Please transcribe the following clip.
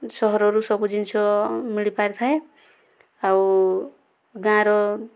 ସହରରୁ ସବୁ ଜିନିଷ ମିଳିପାରିଥାଏ ଆଉ ଗାଁର